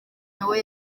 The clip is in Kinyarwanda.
nawe